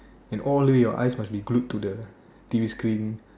and all the way your eyes must be glued to the T_V screen